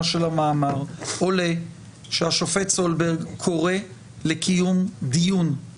של המאמר עולה שהשופט סולברג קורא לקיום דיון.